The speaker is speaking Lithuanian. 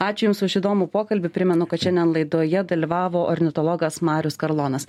ačiū jums už įdomų pokalbį primenu kad šiandien laidoje dalyvavo ornitologas marius karlonas